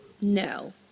no